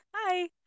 Hi